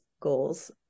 goals